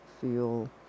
feel